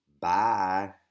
Bye